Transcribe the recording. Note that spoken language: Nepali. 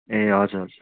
ए हजुर हजुर